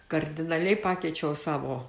kardinaliai pakeičiau savo